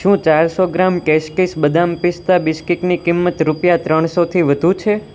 શું ચારસો gram tasties બદામ પિસ્તા બિસ્કીટ્સની કિંમત રૂપિયા ત્રણસોથી વધુ છે